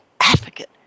advocate